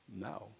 No